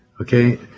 okay